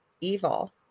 evil